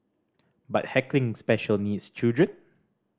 but heckling special needs children